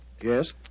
yes